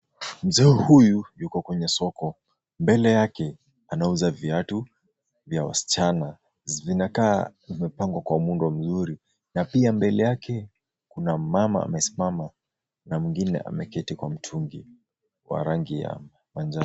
Mzee huyu yuko kwenye soko. Mbele yake anauza viatu vya wasichana. Zinakaa zimepangwa kwa muundo mzuri na pia mbele yake kuna mmama amesimama na mwingine ameketi kwa mtungi wa rangi ya manjano.